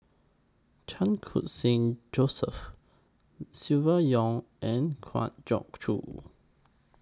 Chan Khun Sing Joseph Silvia Yong and Kwa Geok Choo